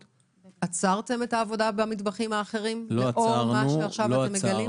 עצרתם את העבודה במטבחים האחרים לאור מה שאתם מגלים עכשיו?